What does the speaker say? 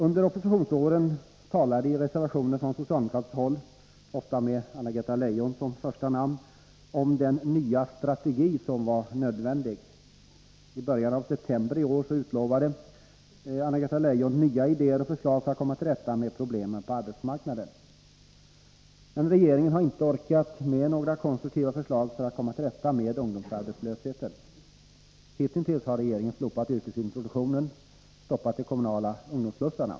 Under oppositionsåren talades i reservationer från socialdemokratiskt håli, ofta med Anna-Greta Leijon som första namn, om den nya strategi som var nödvändig. I början av september i år utlovade Anna-Greta Leijon nya ideer och förslag för att komma till rätta med problemen på arbetsmarknaden. Men regeringen har inte ens orkat med några konstruktiva förslag för att komma till rätta med ungdomsarbetslösheten. Hittills har regeringen slopat yrkesintroduktionen och stoppat de kommunala ungdomsslussarna.